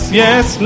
yes